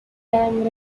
dang